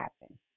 happen